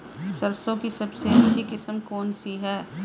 सरसों की सबसे अच्छी किस्म कौन सी है?